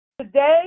Today